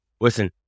listen